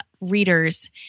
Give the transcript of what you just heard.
readers